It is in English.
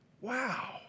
Wow